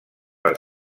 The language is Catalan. per